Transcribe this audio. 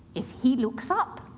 if he looks up,